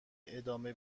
ادامه